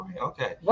okay